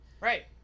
right